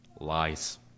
lies